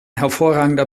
hervorragender